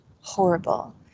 horrible